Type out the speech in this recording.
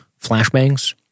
flashbangs